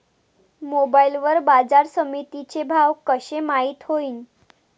Mobile वर बाजारसमिती चे भाव कशे माईत होईन?